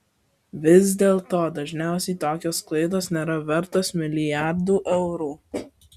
vis dėlto dažniausiai tokios klaidos nėra vertos milijardų eurų